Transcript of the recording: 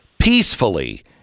peacefully